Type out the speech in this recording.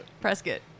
Prescott